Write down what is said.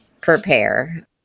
prepare